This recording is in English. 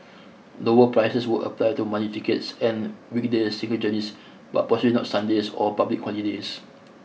lower prices would apply to money tickets and weekday single journeys but possibly not Sundays or public holidays